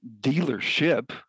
dealership